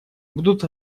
будут